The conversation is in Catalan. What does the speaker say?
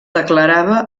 declarava